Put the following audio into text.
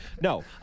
No